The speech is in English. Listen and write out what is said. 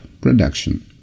production